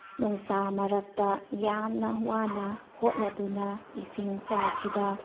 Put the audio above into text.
ꯅꯨꯡꯁꯥ ꯃꯔꯛꯇ ꯌꯥꯝꯅ ꯋꯥꯅ ꯍꯣꯠꯅꯗꯨꯅ ꯏꯁꯤꯡ ꯆꯥꯏꯈꯤꯕ